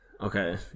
okay